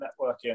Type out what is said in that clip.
networking